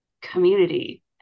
community